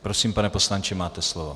Prosím, pane poslanče, máte slovo.